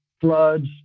floods